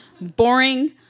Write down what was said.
Boring